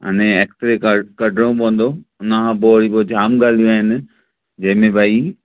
माने X ray कढ कढणो पवंदो हुनखां पोइ वरी पोइ जाम ॻाल्हियूं आहिनि जंहिंमें भई